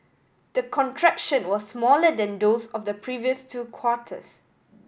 the contraction was smaller than those of the previous two quarters